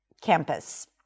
campus